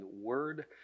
word